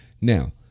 Now